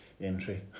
entry